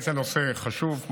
העלית נושא חשוב,